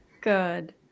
Good